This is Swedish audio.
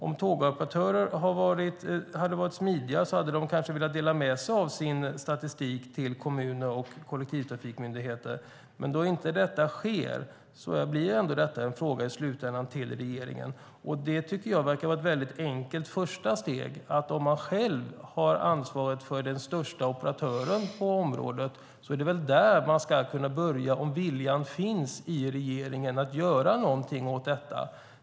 Om tågoperatörerna hade varit smidigare hade de kanske velat dela med sig av sin statistik till kommuner och kollektivtrafikmyndigheter, men då inte detta sker blir ändå detta i slutändan en fråga till regeringen. Om man själv har ansvaret för den största operatören på området är det väl där man ska börja, om viljan finns i regeringen att göra någonting åt detta.